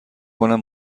کنم